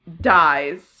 dies